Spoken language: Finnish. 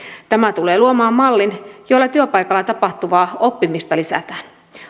tämä tulee luomaan mallin jolla työpaikalla tapahtuvaa oppimista lisätään